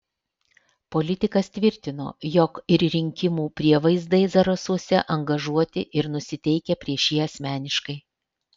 politikas tvirtino jog ir rinkimų prievaizdai zarasuose angažuoti ir nusiteikę prieš jį asmeniškai